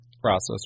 process